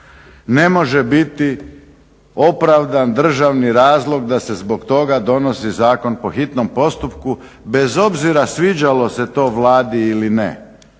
ne može biti opravdan državni razlog da se zbog toga donosi zakon po hitnom postupku bez obzira sviđalo se to Vladi ili ne.